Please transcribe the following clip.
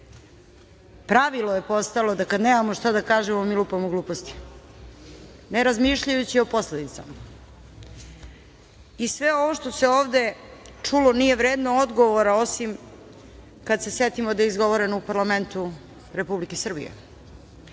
UN.Pravilo je postalo da kada nemamo šta da kažemo, mi lupamo gluposti, ne razmišljajući o posledicama. Sve ovo što se ovde čulo nije vredno odgovora, osim kada se setimo da je izgovoreno u parlamentu Republike Srbije.U